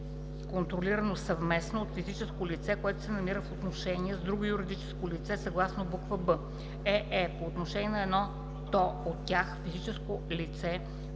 контролирано съвместно от физическо лице, което се намира в отношения с другото юридическо лице съгласно буква „б“; ее) по отношение на едното от тях, физическо лице,